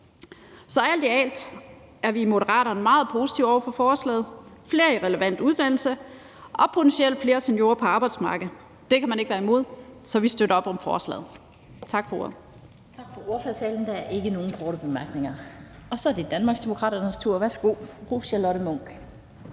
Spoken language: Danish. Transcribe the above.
Så alt i alt er vi i Moderaterne meget positive over for forslaget. Flere i relevant uddannelse og potentielt flere seniorer på arbejdsmarkedet kan man ikke være imod, så vi støtter op om forslaget. Tak for ordet. Kl. 11:34 Den fg. formand (Annette Lind): Tak for ordførertalen. Der er ikke nogen korte bemærkninger. Så er det Danmarksdemokraternes tur. Værsgo til fru Charlotte Munch.